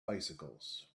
bicycles